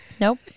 nope